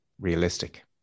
realistic